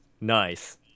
Nice